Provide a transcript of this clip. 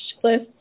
Cliff